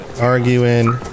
arguing